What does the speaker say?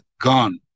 gone